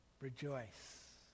Rejoice